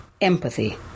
empathy